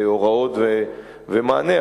הוראות ומענה,